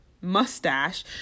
mustache